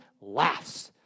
laughs